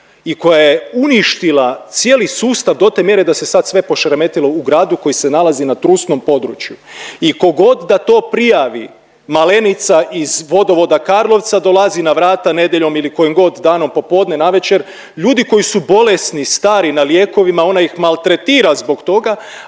i koja je uništila cijeli sustav do te mjere da se sad sve pošeremetilo u gradu koji se nalazi na trusnom području. I kogod da to prijavi Malenica iz Vodovoda Karlovca dolazi na vrata nedeljom ili kojim god danom popodne, na večer ljudi koji su bolesni, stari na lijekovima ona ih maltretira zbog toga.